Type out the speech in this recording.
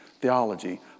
theology